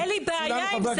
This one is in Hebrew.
אין לי בעיה עם זה,